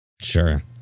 Sure